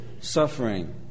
suffering